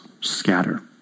scatter